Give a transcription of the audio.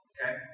Okay